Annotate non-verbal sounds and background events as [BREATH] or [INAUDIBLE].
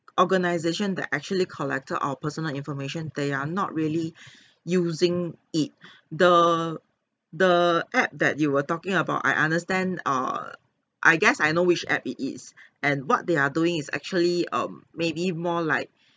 organisation that actually collected our personal information they are not really [BREATH] using it [BREATH] the the app that you were talking about I understand err I guess I know which app it is [BREATH] and what they are doing is actually um maybe more like